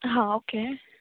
हां ओके